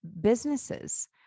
Businesses